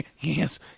Yes